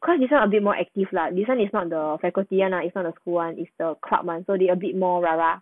cause this [one] a bit more active lah this [one] is not the faculty [one] lah it's not the cool [one] it's the club [one] so they a bit more rara